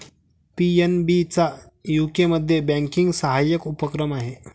PNB चा यूकेमध्ये banking सहाय्यक उपक्रम आहे